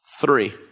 Three